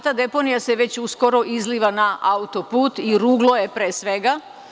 Ta deponija se već uskoro izliva na auto-put i ruglo je, pre svega.